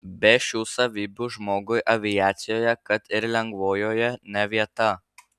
be šių savybių žmogui aviacijoje kad ir lengvojoje ne vieta